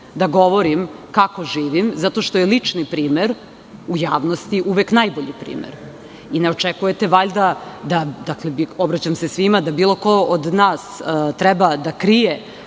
da govorim kako živim zato što je lični primer u javnosti uvek najbolji primer. Ne očekujete valjda da, obraćam se svima, bilo ko od nas treba da krije